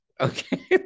Okay